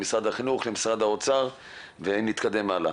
אבל בוא נשמע מה התגובה שלך לדברים שנאמרו